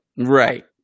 Right